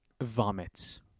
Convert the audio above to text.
Vomits